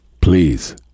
Please